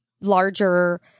larger